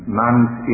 man's